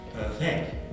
perfect